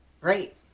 Right